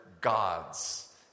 gods